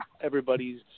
everybody's